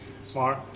Smart